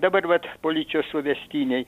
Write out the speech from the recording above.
dabar vat policijos suvestinėj